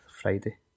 Friday